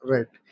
Right